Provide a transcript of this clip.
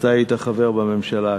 אתה היית חבר בממשלה הקודמת.